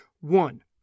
One